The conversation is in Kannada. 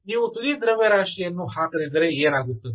ನೀವು ತುದಿ ದ್ರವ್ಯರಾಶಿಯನ್ನು ಹಾಕದಿದ್ದರೆ ಏನಾಗುತ್ತದೆ